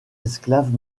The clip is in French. esclaves